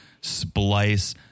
splice